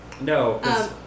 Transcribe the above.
No